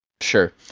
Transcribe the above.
Sure